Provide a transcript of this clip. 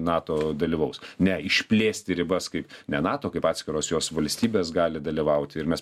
nato dalyvaus ne išplėsti ribas kaip ne nato kaip atskiros jos valstybės gali dalyvauti ir mes